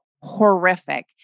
horrific